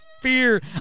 fear